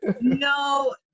No